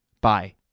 Bye